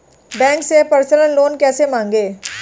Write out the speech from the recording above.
Bank से personal loan कैसे मांगें?